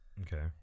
Okay